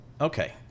Okay